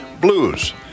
blues